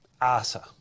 ASA